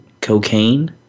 cocaine